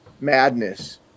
Madness